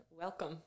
Welcome